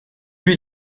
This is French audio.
huit